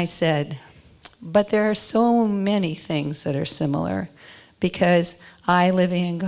i said but there are so many things that are similar because i living